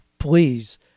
Please